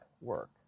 work